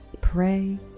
pray